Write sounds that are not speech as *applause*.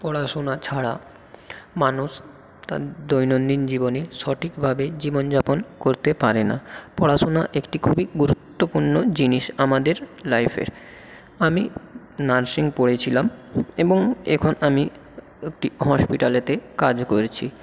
পড়াশোনা ছাড়া মানুষ তার দৈনন্দিন জীবনে সঠিকভাবে জীবনযাপন করতে পারে না পড়াশোনা একটি খুবই গুরুত্বপূর্ণ জিনিস আমাদের লাইফের আমি নার্সিং পড়েছিলাম এবং এখন আমি *unintelligible* হসপিটালেতে কাজ করছি